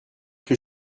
que